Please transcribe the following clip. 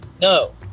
No